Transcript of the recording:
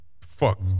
Fuck